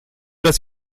das